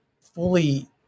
fully